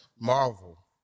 Marvel